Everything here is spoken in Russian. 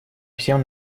всем